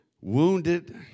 wounded